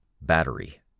Battery